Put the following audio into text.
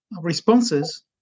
responses